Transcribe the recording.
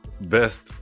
best